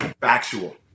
Factual